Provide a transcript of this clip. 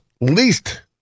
least